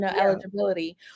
eligibility